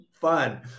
fun